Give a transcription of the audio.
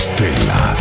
Stella